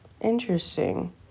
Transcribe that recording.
Interesting